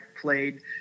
played